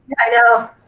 i know.